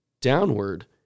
downward